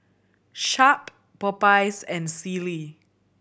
Sharp Popeyes and Sealy